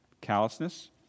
callousness